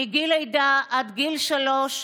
מגיל לידה עד גיל שלוש,